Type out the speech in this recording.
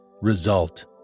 Result